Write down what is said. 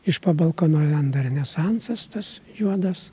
iš po balkono lenda renesansas tas juodas